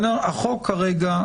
לפי החוק כרגע,